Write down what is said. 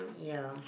yeah